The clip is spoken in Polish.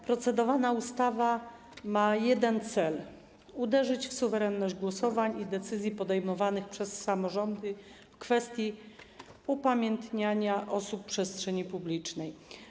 Procedowana ustawa ma jeden cel: uderzyć w suwerenność głosowań i decyzji podejmowanych przez samorządy w kwestii upamiętniania osób w przestrzeni publicznej.